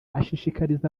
ashishikariza